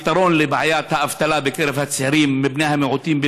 הפתרון לבעיית האבטלה בקרב הצעירים מבני המיעוטים,